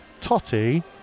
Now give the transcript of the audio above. Totti